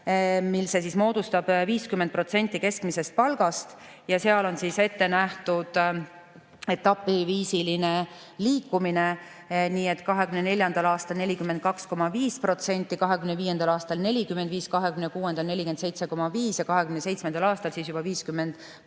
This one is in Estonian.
mil see moodustab 50% keskmisest palgast. Seal on ette nähtud etapiviisiline liikumine, nii et 2024. aastal 42,5%, 2025. aastal 45%, 2026. aastal 47,5% ja 2027. aastal juba 50%